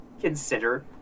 consider